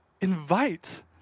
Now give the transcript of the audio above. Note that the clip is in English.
invite